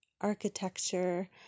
architecture